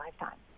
lifetime